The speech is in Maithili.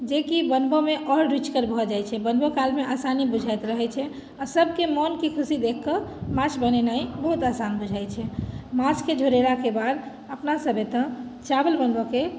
जेकि बनबयमे आओर रुचिगर भऽ जाइत छै बनबय कालमे आसानी बुझाइत रहैत छै आ सभके मोनके खुशी देख कऽ माछ बनेनाइ बहुत आसान बुझाइत छै माछके झोरेलाके बाद अपनासभ एतय चावल बनबयके